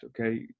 okay